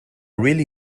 really